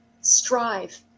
strive